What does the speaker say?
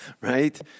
Right